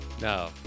No